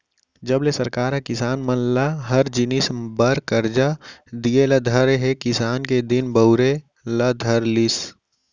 जब ले सरकार ह किसान मन ल हर जिनिस बर करजा दिये ल धरे हे किसानी के दिन बहुरे ल धर लिस